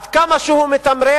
עד כמה שהוא מתמרן,